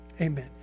Amen